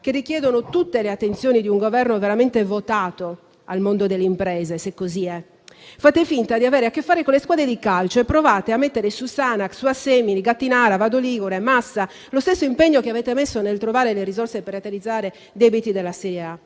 che richiedono tutte le attenzioni di un Governo veramente votato al mondo delle imprese, se così è. Fate finta di avere a che fare con le squadre di calcio e provate a mettere su Sanac, Assemini, Gattinara, Vado Ligure e Massa Carrara lo stesso impegno che avete messo nel trovare le risorse per rateizzare i debiti della serie A.